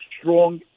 strong